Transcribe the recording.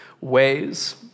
ways